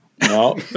No